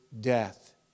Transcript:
death